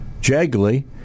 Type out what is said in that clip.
Jegley